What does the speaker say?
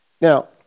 Now